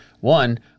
One